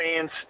fans